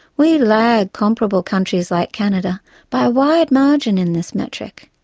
we lag comparable countries like canada by a wide margin in this metric.